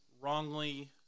wrongly